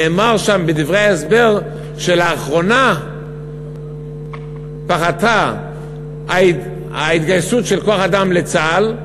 נאמר שם בדברי ההסבר שלאחרונה פחתה ההתגייסות של כוח-אדם לצה"ל,